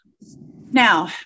now